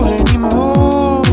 anymore